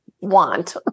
want